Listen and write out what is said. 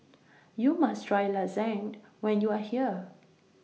YOU must Try Lasagne when YOU Are here